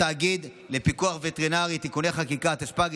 התאגיד לפיקוח וטרינרי (תיקוני חקיקה),